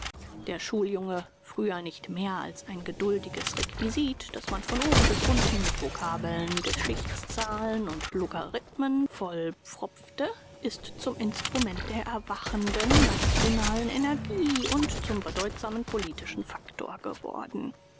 der schuljunge früher nicht mehr als ein geduldiges requisit das man von oben bis unten mit vokabeln geschichtszahlen und logarithmen vollpfropfte ist zum instrument der erwachenden nationalen energie und zum bedeutsamen politischen faktor geworden